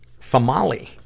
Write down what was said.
Famali